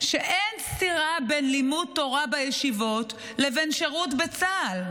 שאין סתירה בין לימוד תורה בישיבות לבין שירות בצה"ל.